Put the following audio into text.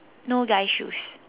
no guy shoes